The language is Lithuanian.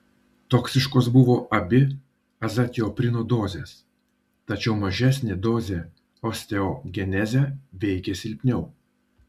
toksiškos buvo abi azatioprino dozės tačiau mažesnė dozė osteogenezę veikė silpniau